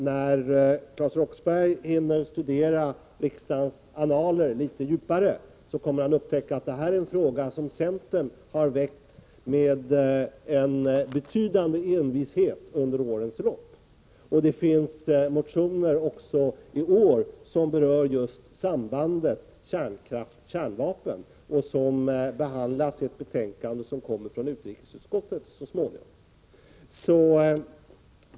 När Claes Roxbergh hinner studera riksdagens annaler litet djupare kommer han att upptäcka att detta är en fråga som centern har väckt med en betydande envishet under årens lopp. Det finns motioner också i år som berör just sambandet kärnkraft-kärnvapen. De behandlas i ett betänkande som kommer från utrikesutskottet så småningom.